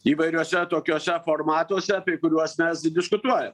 įvairiuose tokiuose formatuose apie kuriuos mes diskutuojam